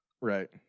Right